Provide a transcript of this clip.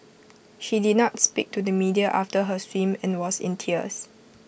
she did not speak to the media after her swim and was in tears